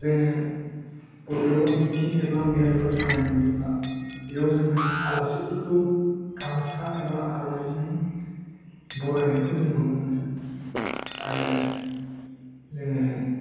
जोङो बबेयावबा मिथिं एबा मेलफोर जानाय नुयोब्ला बेयाव जोङो आलासिफोरखौ गामसा एबा आर'नाइजों बरायनायखौ जों नुनो मोनो आरो जोङो